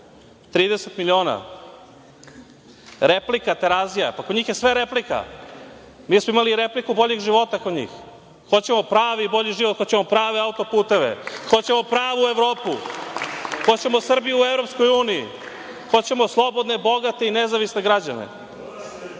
30 miliona. Replika Terazija, pa kod njih je sve replika. Mi smo imali repliku „Boljeg života“ kod njih. Hoćemo pravi bolji život, hoćemo prave auto-puteve, hoćemo pravu Evropu, hoćemo Srbiju u EU, hoćemo slobodne, bogate i nezavisne građane.